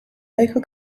local